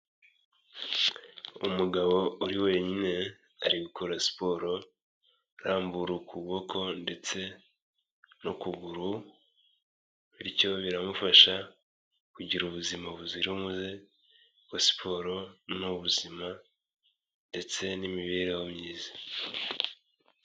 Umugabo uri wenyine ari gukora siporo, arambura ukuboko ndetse n'ukuguru bityo biramufasha kugira ubuzima buzira umuze kuko siporo ni ubuzima ndetse n'imibereho myiza.